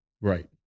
Right